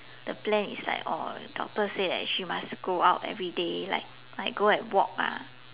the plan is like oh doctor say that she must go out every day like like go and walk ah